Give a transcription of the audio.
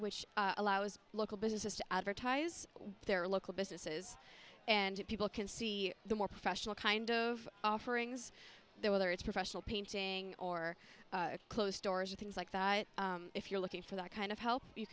which allows local businesses to advertise their local businesses and people can see the more professional kind of offerings there whether it's professional painting or clothes stores or things like that if you're looking for that kind of help you